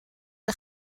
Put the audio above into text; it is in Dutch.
een